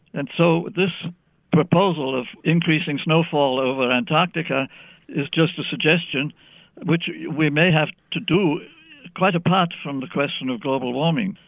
and so this proposal of increasing snowfall over antarctica is just a suggestion which we may have to do quite apart from the question of global warming.